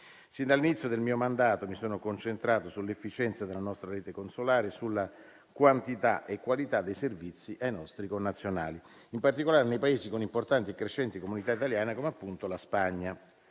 Sin dall'inizio del mio mandato mi sono concentrato sull'efficienza della nostra rete consolare, sulla quantità e qualità dei servizi ai nostri connazionali, in particolare nei Paesi con importanti e crescenti comunità italiane, come appunto la Spagna.